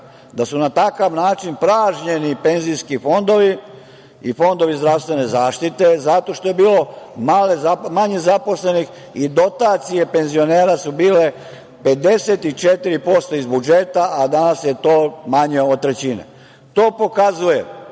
da su na takav način pražnjeni penzijski fondovi i fondovi zdravstvene zaštite zato što je bilo manje zaposlenih i dotacije penzionera su bile 54% iz budžeta, a danas je to manje od trećine.